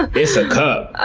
issa cup,